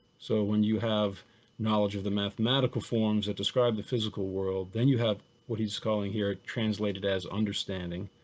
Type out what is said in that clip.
so when you have knowledge of the mathematical forms that describe the physical world, then you have what he's calling here translated as understanding.